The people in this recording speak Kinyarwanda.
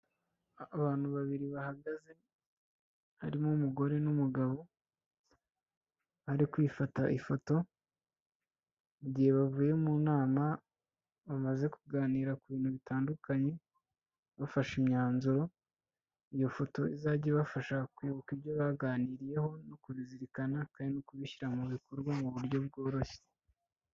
Abantu babiri bahagaze, harimo umugore n'umugabo bari kwifata ifoto igihe bavuye mu nama, bamaze kuganira ku bintu bitandukanye. Bafashe imyanzuro iyo foto izajya ibafasha kwibuka ibyo baganiriyeho no kubizirikana kandi no kubishyira mu bikorwa mu buryo bworoshye.